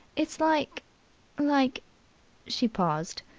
it's like like she paused.